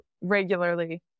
regularly